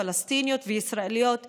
פלסטיניות וישראליות כאחת.